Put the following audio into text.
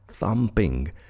Thumping